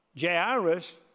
Jairus